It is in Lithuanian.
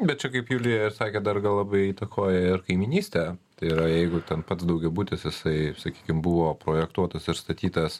bet čia kaip julija ir sakė dar gal labai įtakoja ir kaimynystė tai yra jeigu ten pats daugiabutis jisai sakykim buvo projektuotas ir statytas